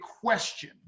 question